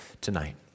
tonight